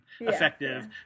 effective